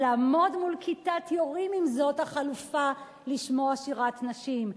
לעמוד מול כיתת יורים אם זאת החלופה לשמוע שירת נשים.